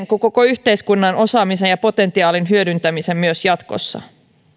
kuin koko yhteiskunnan osaamisen ja potentiaalin hyödyntämisen myös jatkossa